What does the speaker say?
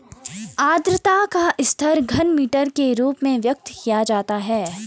आद्रता का स्तर घनमीटर के रूप में व्यक्त किया जाता है